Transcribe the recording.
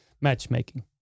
matchmaking